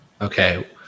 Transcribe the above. Okay